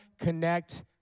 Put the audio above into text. connect